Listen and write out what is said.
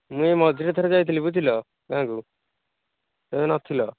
ମୁଁ ଏଇ ମଝିରେ ଥରେ ଯାଇଥିଲି ବୁଝିଲ ଗାଁ'କୁ ତମେ ନଥିଲ